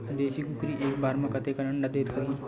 देशी कुकरी एक बार म कतेकन अंडा देत होही?